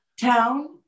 town